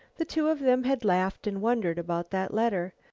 the two of them had laughed and wondered about that letter.